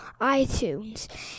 iTunes